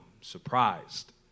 surprised